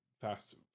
fast